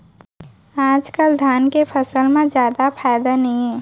आजकाल धान के फसल म जादा फायदा नइये